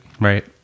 right